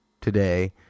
today